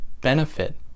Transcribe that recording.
benefit